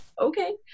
okay